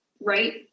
right